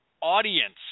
audience